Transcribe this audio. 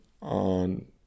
on